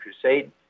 Crusade